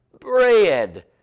bread